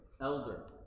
Elder